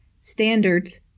standards